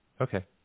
Okay